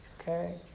Okay